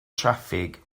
traffig